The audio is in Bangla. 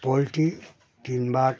পোলট্রি তিনবার